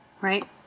Right